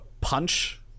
punch